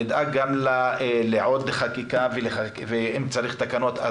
נדאג לעוד חקיקה ואם צריך תקנות,